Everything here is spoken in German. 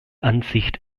ansicht